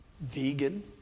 Vegan